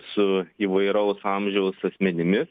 su įvairaus amžiaus asmenimis